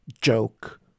joke